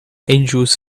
angels